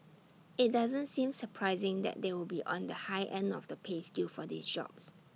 IT doesn't seem surprising that they would be on the high end of the pay scale for these jobs